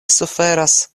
suferas